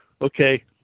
Okay